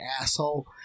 asshole